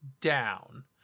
down